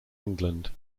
england